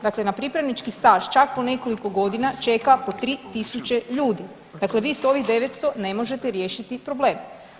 Dakle, na pripravnički staž čak po nekoliko godina čeka po 3.000 ljudi, dakle vi s ovih 900 ne možete riješiti problem.